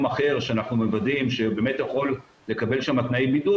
אחר שאנחנו מוודאים שהוא באמת יכול לקבל שם תנאי בידוד,